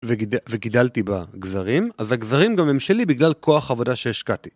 וגידלתי בגזרים, אז הגזרים גם הם שלי בגלל כוח עבודה שהשקעתי.